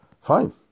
fine